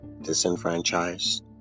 Disenfranchised